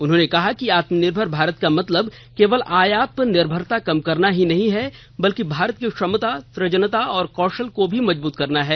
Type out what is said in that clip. उन्होंने कहा कि आत्मनिर्भर भारत का मतलब केवल आयात पर निर्भरता कम करना ही नहीं है बल्कि भारत की क्षमता सुजनता और कौशल को मजबूत करना भी है